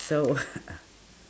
so